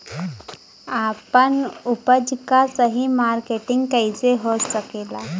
आपन उपज क सही मार्केटिंग कइसे हो सकेला?